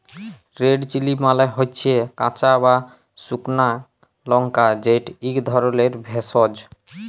red chilli মালে হচ্যে কাঁচা বা সুকনা লংকা যেট ইক ধরলের ভেষজ